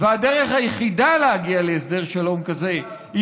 והדרך היחידה להגיע להסדר שלום כזה היא